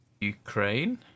Ukraine